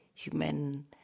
human